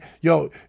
yo